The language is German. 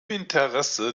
interesse